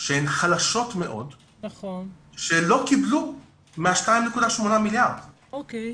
שהן חלשות מאוד שלא קיבלו מה-2.8 מיליארד שקלים.